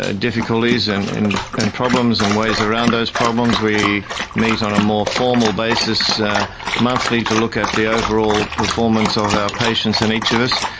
ah difficulties and and and problems problems and ways around those problems. we meet on a more formal basis monthly to look at the overall performance of our patients and each of us,